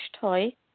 toy